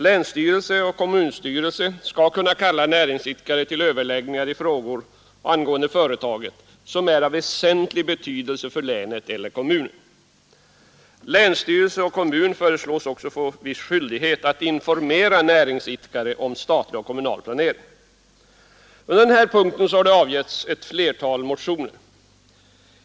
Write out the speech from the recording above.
Länsstyrelse och kommunstyrelse skall kunna kalla näringsidkare till överläggningar i frågor angående företaget som är av väsentlig betydelse för länet eller kommunen. Länsstyrelse och kommun föreslås också få viss skyldighet att informera näringsidkare om statlig och kommunal planering. På den här punkten har det väckts ett flertal motioner.